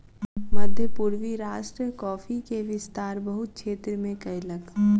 मध्य पूर्वी राष्ट्र कॉफ़ी के विस्तार बहुत क्षेत्र में कयलक